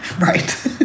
Right